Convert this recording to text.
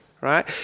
right